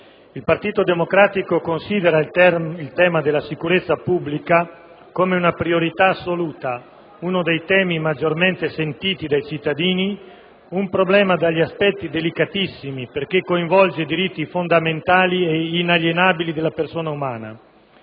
il Partito Democratico considera il tema della sicurezza pubblica come una priorità assoluta, uno dei temi maggiormente sentiti dai cittadini, un problema dagli aspetti delicatissimi, perché coinvolge diritti fondamentali e inalienabili della persona umana.